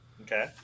okay